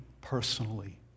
personally